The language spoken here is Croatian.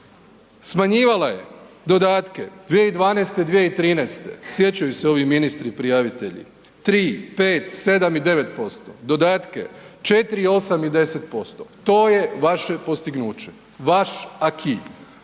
smanjivala je dodatke 2012., 2013., sjećaju se ovi ministri prijavitelji, 3, 5, 7 i 9%, dodatke 4, 8 i 10%. To je vaše postignuće, vaš aki.